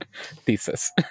Thesis